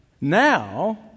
Now